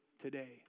today